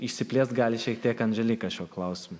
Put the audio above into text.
išsiplėst gali šiek tiek andželika šiuo klausimu